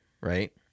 Right